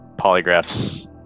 polygraphs